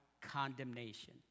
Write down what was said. condemnation